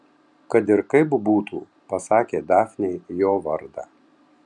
kad ir kaip būtų pasakė dafnei jo vardą